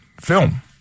Film